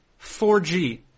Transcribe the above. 4G